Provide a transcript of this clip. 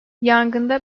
yangında